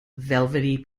velvety